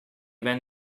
when